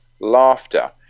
laughter